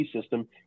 system